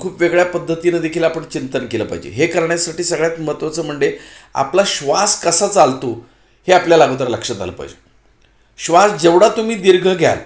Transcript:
खूप वेगळ्या पद्धतीनं देखील आपण चिंतन केलं पाहिजे हे करण्यासाठी सगळ्यात महत्त्वाचं म्हणजे आपला श्वास कसा चालतो हे आपल्याला अगोदर लक्षात आलं पाहिजे श्वास जेवढा तुम्ही दीर्घ घ्याल